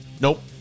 Nope